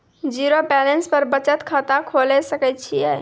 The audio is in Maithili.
जीरो बैलेंस पर बचत खाता खोले सकय छियै?